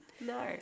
No